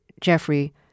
Jeffrey